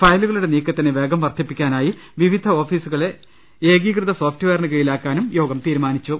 ഫയലുകളുടെ നീക്കത്തിന് വേഗം വർദ്ധിപ്പിക്കാനായി വിവിധ ഓഫീസുകളെ ഏകീകൃത സോഫ്ട്വെയറിന് കീഴിലാക്കാനും യോഗം തീരുമാനിച്ചു